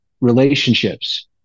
relationships